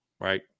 right